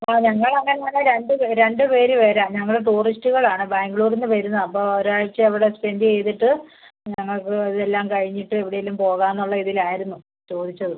ആ ഞങ്ങൾ രണ്ട് പേർ രണ്ട് പേർ വരാം ഞങ്ങൾ ടൂറിസ്റ്റുകൾ ആണ് ബാംഗ്ലൂർ നിന്ന് വരുന്നതാണ് അപ്പോൾ ഒരാഴ്ച അവിടെ സ്പെൻഡ് ചെയ്തിട്ട് ഞങ്ങൾ ഇത് എല്ലാം കഴിഞ്ഞിട്ട് എവിടേലും പോകാമെന്നുള്ള ഇതിൽ ആയിരുന്നു ചോദിച്ചത്